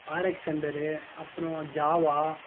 R X thunder அப்புறம் Java